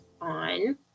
on